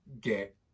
get